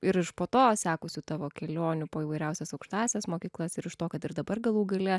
ir iš po to sekusių tavo kelionių po įvairiausias aukštąsias mokyklas ir iš to kad ir dabar galų gale